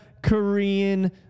Korean